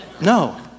No